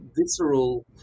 visceral